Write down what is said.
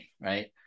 right